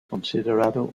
considerado